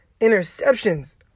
interceptions